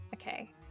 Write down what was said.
Okay